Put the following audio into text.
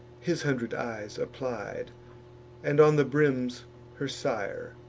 his hundred eyes applied and on the brims her sire,